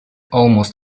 almost